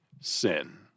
sin